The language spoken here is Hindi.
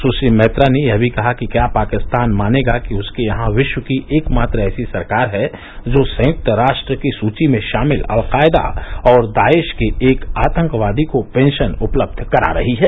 सुश्री मैत्रा ने यह भी कहा कि क्या पाकिस्तान मानेगा कि उसके यहां विश्व की एकमात्र ऐसी सरकार है जो संयुक्त राष्ट्र की सुची में शामिल अलकायदा और दायेश के एक आतंकवादी को पेंशन उपलब्ध करा रही है